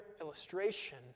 illustration